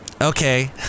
Okay